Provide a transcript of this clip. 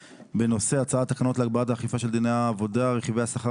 בנושא הצעת תקנות להגברת האכיפה של דיני העבודה (רכיבי השכר